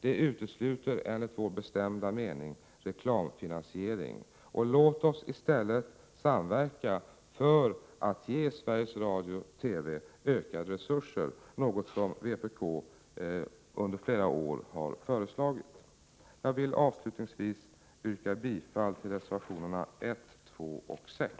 Det utesluter enligt vår bestämda mening reklamfinansiering. Låt oss i stället samverka för att ge Sveriges Radio och TV ökade resurser, något som vpk i flera år föreslagit. Jag vill avslutningsvis yrka bifall till reservationerna 1, 2 och 6.